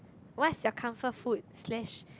what's their comfort food slash